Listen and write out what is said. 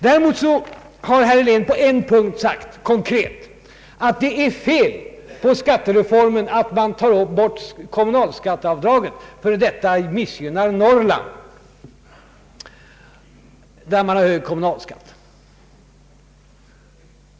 Däremot har herr Helén på en punkt konkret sagt, att det är fel i skattereformen att ta bort kommunalskatteavdraget, ty detta missgynnar Norrland, där man har hög kommunalskatt.